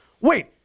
wait